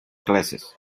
classes